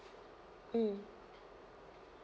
mm